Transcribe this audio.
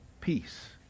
peace